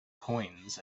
coins